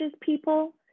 people